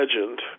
legend